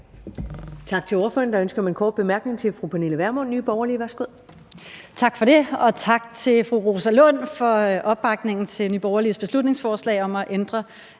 Tak til ordføreren. Der er ønske om en kort bemærkning fra fru Pernille Vermund, Nye Borgerlige. Værsgo. Kl. 17:23 Pernille Vermund (NB): Tak for det, og tak til fru Rosa Lund for opbakningen til Nye Borgerliges beslutningsforslag om at ændre